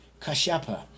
kashapa